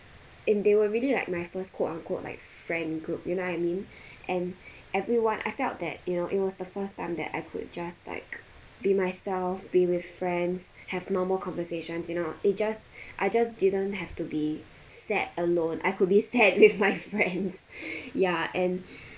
and they were really like my first quote unquote like friend group you know what I mean and everyone I felt that you know it was the first time that I could just like be myself be with friends have normal conversations you know it just I just didn't have to be sad alone I could be sad with my friends ya and